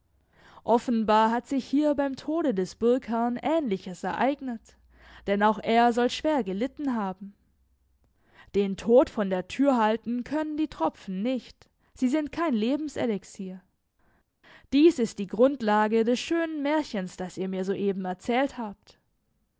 offenbar hat sich hier beim tode des burgherrn ähnliches ereignet denn auch er soll schwer gelitten haben den tod von der tür halten können die tropfen nicht sie sind kein lebenselexir dies ist die grundlage des schönen märchens das ihr mir soeben erzählt habt